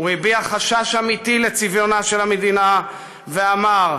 הוא הביע חשש אמיתי לצביונה של המדינה ואמר,